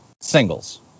singles